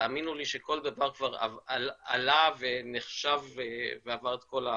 תאמינו לי שכל דבר כבר עלה ונחשב ועבר את כל ה